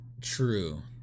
True